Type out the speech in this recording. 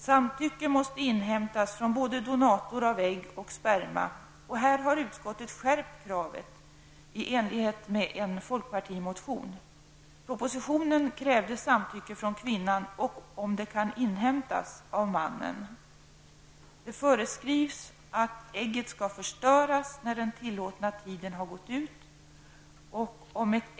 Samtycke måste inhämtas från både donator av ägg och sperma. Här har utskottet skärpt kraven i enlighet med vad som krävs i en folkpartimotion. Propositionen kräver samtycke från kvinnan och -- om det kan inhämtas -- från mannen. Det föreskrivs att ägget skall förstöras när den tillåtna tiden har gått ut.